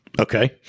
Okay